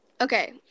Okay